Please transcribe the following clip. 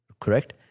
Correct